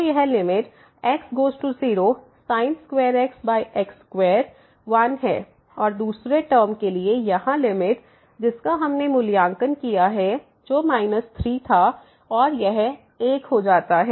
तो यह limit x goes to 0 sin2x x21 है और दूसरे टर्म के लिए यहां लिमिट जिसका हमने मूल्यांकन किया है जो माइनस 3 था और यह 1 हो जाता है